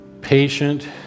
patient